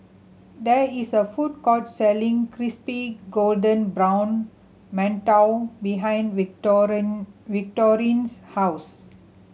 there is a food court selling crispy golden brown mantou behind Victorine's house